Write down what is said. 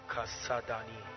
Kasadani